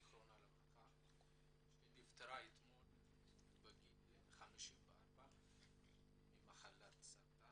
ז"ל שנפטרה אתמול בגיל 54 ממחלת הסרטן.